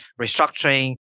restructuring